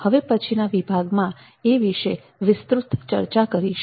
હવે પછીના વિભાગમાં એ વિશે વિસ્તૃત ચર્ચા કરીશું